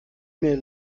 mail